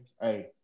Hey